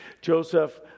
Joseph